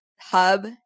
hub